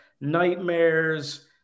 nightmares